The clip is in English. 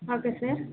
okay sir